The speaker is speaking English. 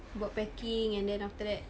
buat packing and then after that